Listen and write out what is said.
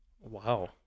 Wow